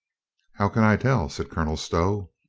how can i tell? said colonel stow.